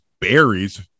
berries